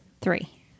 Three